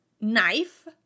knife